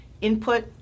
input